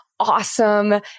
awesome